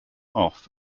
off